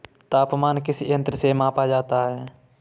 तापमान किस यंत्र से मापा जाता है?